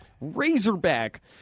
razorback